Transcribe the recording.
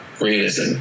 realism